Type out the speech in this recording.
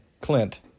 Clint